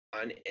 on